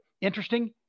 interesting